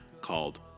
called